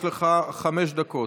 יש לך חמש דקות.